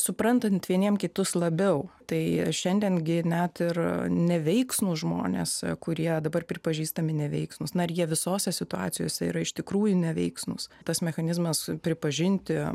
suprantant vieniem kitus labiau tai šiandien gi net ir neveiksnūs žmonės kurie dabar pripažįstami neveiksnūs na ir jie visose situacijose yra iš tikrųjų neveiksnūs tas mechanizmas pripažinti